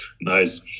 Nice